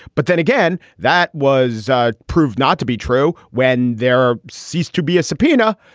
but then again, that was proved not to be true when there ceased to be a subpoena.